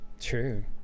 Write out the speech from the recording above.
True